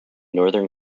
northern